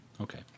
okay